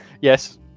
Yes